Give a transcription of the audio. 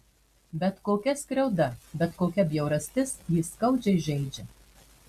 bet kokia skriauda bet kokia bjaurastis jį skaudžiai žeidžia